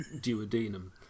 duodenum